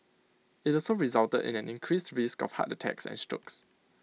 IT also resulted in an increased risk of heart attacks and strokes